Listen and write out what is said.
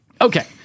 Okay